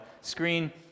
screen